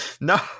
no